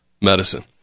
medicine